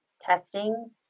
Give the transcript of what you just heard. testing